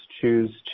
choose